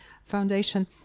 foundation